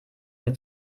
mir